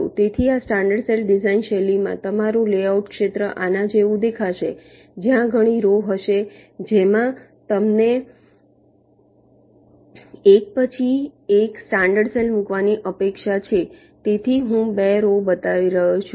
તેથી આ standard cell design શૈલીમાં તમારું લેઆઉટ ક્ષેત્ર આના જેવું દેખાશે જ્યાં ઘણી રૉ હશે જેમાં તમને એક પછી એક સ્ટાન્ડર્ડ સેલ મૂકવાની અપેક્ષા છે તેથી હું બે રૉ બતાવી રહ્યો છું